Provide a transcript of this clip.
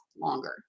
longer